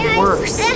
worse